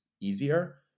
easier